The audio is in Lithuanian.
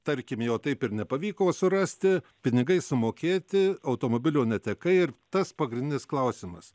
tarkim jo taip ir nepavyko surasti pinigai sumokėti automobilio netekai ir tas pagrindinis klausimas